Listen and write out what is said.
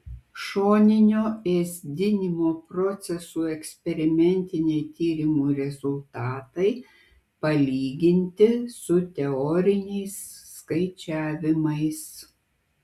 šoninio ėsdinimo procesų eksperimentiniai tyrimų rezultatai palyginti su teoriniais skaičiavimais